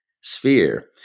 sphere